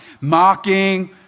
Mocking